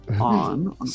on